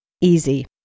Easy